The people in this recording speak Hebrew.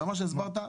מה שהסברת,